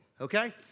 okay